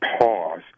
pause